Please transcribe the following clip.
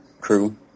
crew